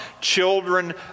children